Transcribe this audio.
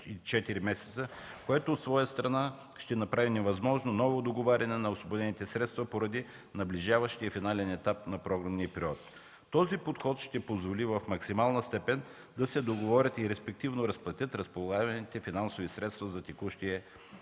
което, от своя страна, ще направи невъзможно ново договаряне на освободените средства поради наближаващия финален етап на програмния период. Този подход ще позволи в максимална степен да се договорят и респективно разплатят разполагаемите финансови средства за текущия